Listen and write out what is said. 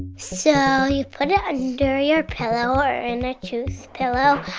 so you put it under your pillow or in a tooth pillow.